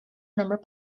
number